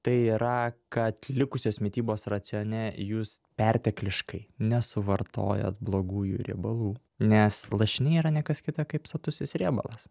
tai yra kad likusios mitybos racione jūs pertekliškai nesuvartojat blogųjų riebalų nes lašiniai yra ne kas kita kaip sotusis riebalas